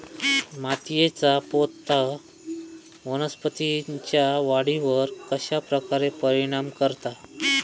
मातीएचा पोत वनस्पतींएच्या वाढीवर कश्या प्रकारे परिणाम करता?